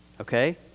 okay